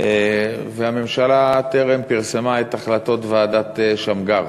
הממשלה טרם פרסמה את החלטות ועדת שמגר.